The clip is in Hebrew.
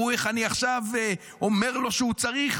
תראו איך אני עכשיו אומר לו שהוא צריך,